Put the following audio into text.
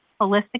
holistic